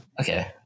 Okay